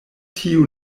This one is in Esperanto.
tiu